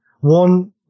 One